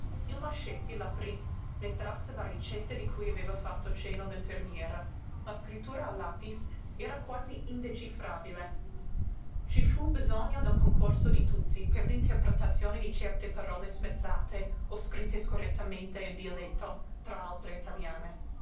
il mascetti l'aprí ne trasse la ricetta di cui aveva fatto cenno l'infermiera la scrittura a lapis era quasi indecifrabile ci fu bisogno del concorso di tutti per l'interpretazione di certe parole smezzate o scritte scorrettamente in dialetto tra altre italiane